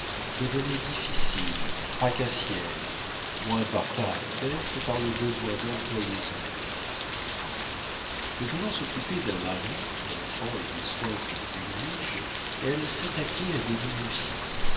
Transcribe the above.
devenait difficile tracassière moins par caractère que par le besoin d'employer son activité ne pouvant s'occuper d'un mari d'enfants et des soins qu'ils exigent elle s'attaquait à des